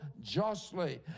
justly